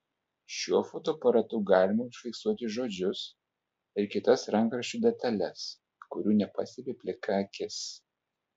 šiuo fotoaparatu galima užfiksuoti žodžius ir kitas rankraščių detales kurių nepastebi plika akis